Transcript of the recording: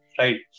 right